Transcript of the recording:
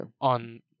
on